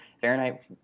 Fahrenheit